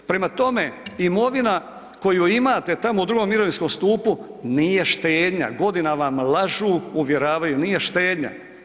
Prema tome, imovina koju imate tamo u drugom mirovinskom stupu nije štednja, godinama vam lažu, uvjeravaju nije štednja.